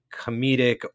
comedic